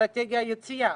אסטרטגיית יציאה